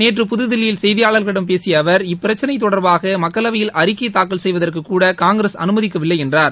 நேற்று புகுதில்லியில் செய்தியாளர்களிடம் பேசியஅவர் இப்பிரச்சினைதொடர்பாகமக்களவையில் அறிக்கைதாக்கல் செய்வதற்கு காங்கிரஸ் கூட அமைதிக்கவில்லைஎன்றார்